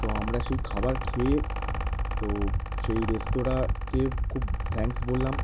তো আমরা সেই খাবার খেয়ে তো সেই রেস্তোরাঁকে খুব থ্যাঙ্কস বললাম